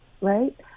right